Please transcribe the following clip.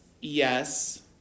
Yes